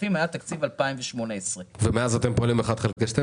הכספים מאז תקציב 2018. ומאז אתם פועלים 1 חלקי 12?